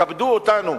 כבדו אותנו,